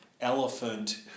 elephant